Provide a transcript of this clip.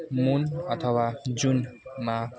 मुन अथवा जुनमा